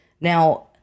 Now